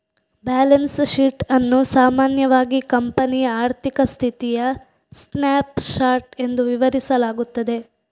balance sheet ಅನ್ನು ಸಾಮಾನ್ಯವಾಗಿ ಕಂಪನಿಯ ಆರ್ಥಿಕ ಸ್ಥಿತಿಯ ಸ್ನ್ಯಾಪ್ ಶಾಟ್ ಎಂದು ವಿವರಿಸಲಾಗುತ್ತದೆ